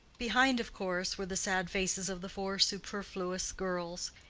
behind, of course, were the sad faces of the four superfluous girls,